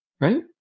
Right